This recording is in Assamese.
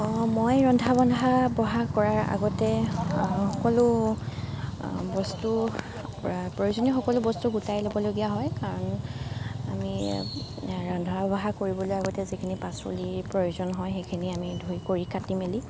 অ মই ৰন্ধা বন্ধা বঢ়া কৰাৰ আগতে সকলো বস্তু প্ৰয়োজনীয় সকলো বস্তু গোটাই ল'বলগীয়া হয় কাৰণ আমি ৰন্ধা বঢ়া কৰিবলৈ আগতে যিখিনি পাচলিৰ প্ৰয়োজন হয় সেইখিনি আমি ধুই কৰি কাটি মেলি